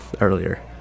earlier